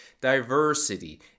Diversity